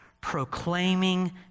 proclaiming